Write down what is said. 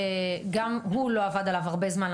גם הוא לא עבד עליו הרבה זמן,